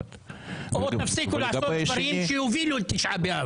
-- או תפסיקו לעשות דברים שיובילו לתשעה באב.